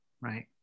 right